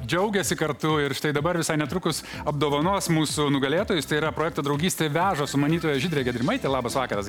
džiaugėsi kartu ir štai dabar visai netrukus apdovanos mūsų nugalėtojus tai yra projekto draugystė veža sumanytoja žydrė gedrimaitė labas vakaras